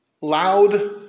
Loud